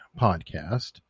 podcast